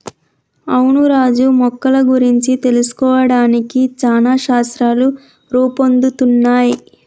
అవును రాజు మొక్కల గురించి తెలుసుకోవడానికి చానా శాస్త్రాలు రూపొందుతున్నయ్